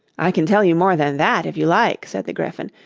i can tell you more than that, if you like said the gryphon.